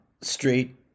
street